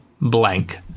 blank